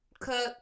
cook